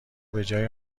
بجای